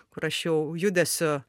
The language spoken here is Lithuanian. kur aš jau judesiu